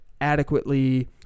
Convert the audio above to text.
adequately